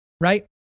right